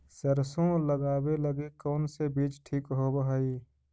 सरसों लगावे लगी कौन से बीज ठीक होव हई?